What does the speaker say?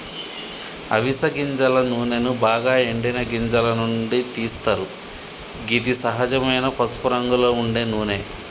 అవిస గింజల నూనెను బాగ ఎండిన గింజల నుండి తీస్తరు గిది సహజమైన పసుపురంగులో ఉండే నూనె